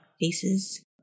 faces